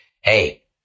Hey